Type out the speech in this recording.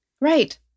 Right